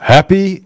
Happy